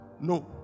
no